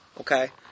okay